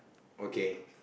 okay